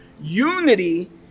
Unity